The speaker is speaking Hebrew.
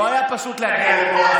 לא היה פשוט להגיע לפה.